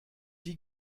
die